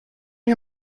her